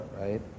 right